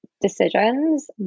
decisions